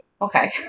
Okay